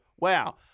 wow